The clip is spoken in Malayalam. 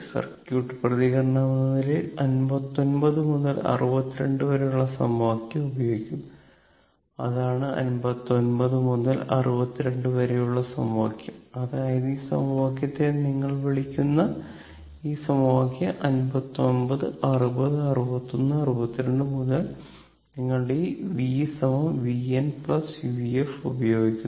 സർക്യൂട്ട് പ്രതികരണമെന്ന നിലയിൽ 59 മുതൽ 62 വരെയുള്ള സമവാക്യം ഉപയോഗിക്കും അതാണ് 59 മുതൽ 62 വരെയുള്ള സമവാക്യം അതായത് ഈ സമവാക്യത്തെ നിങ്ങൾ വിളിക്കുന്ന ഈ സമവാക്യം 59 60 61 62 മുതൽ നിങ്ങൾ ഈ v vn vf ഉപയോഗിക്കുന്നു